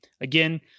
Again